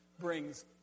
brings